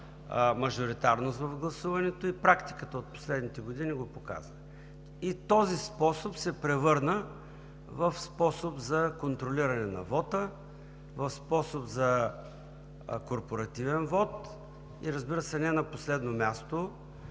мажоритарност в гласуването и практиката от последните години го показва. И този способ се превърна в способ за контролиране на вота, в способ за корпоративен вот и, разбира се, не на последно място,